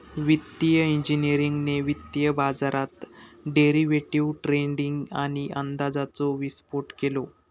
वित्तिय इंजिनियरिंगने वित्तीय बाजारात डेरिवेटीव ट्रेडींग आणि अंदाजाचो विस्फोट केलो